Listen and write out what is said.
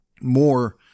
more